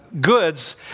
goods